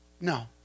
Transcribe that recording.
No